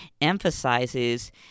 emphasizes